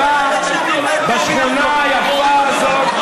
בשכונה היפה הזאת.